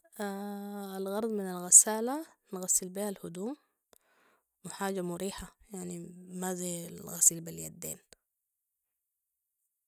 الغرض من الغساله نغسل بيها الهدوم وحاجه مريحه يعني مازي الغسيل باليدين